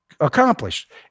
accomplished